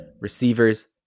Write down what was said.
receivers